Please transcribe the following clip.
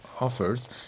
offers